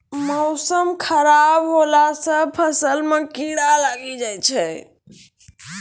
मौसम खराब हौला से फ़सल मे कीड़ा लागी जाय छै?